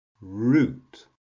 root